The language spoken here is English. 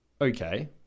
Okay